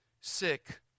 sick